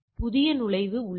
புதிய நுழைவு உள்ளது